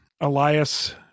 Elias